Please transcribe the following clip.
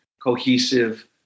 cohesive